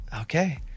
Okay